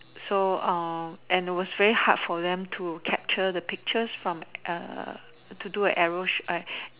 so and it was very hard for them to capture the pictures from to do a area shoot